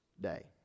day